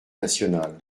nationale